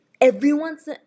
Everyone's